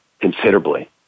considerably